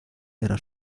era